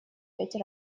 пять